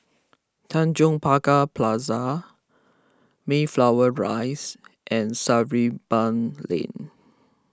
Tanjong Pagar Plaza Mayflower Rise and Sarimbun Lane